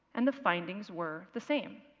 and the findings were the same.